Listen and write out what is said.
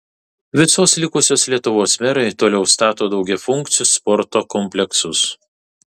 visos likusios lietuvos merai toliau stato daugiafunkcius sporto kompleksus